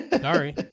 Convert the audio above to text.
Sorry